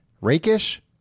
rakish